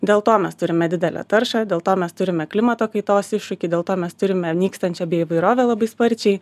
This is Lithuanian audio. dėl to mes turime didelę taršą dėl to mes turime klimato kaitos iššūkį dėl to mes turime nykstančią bioįvairovę labai sparčiai